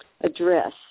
Address